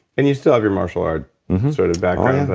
and you still have your martial art sort of background